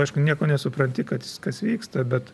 aišku nieko nesupranti kac kas vyksta bet